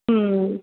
ఆ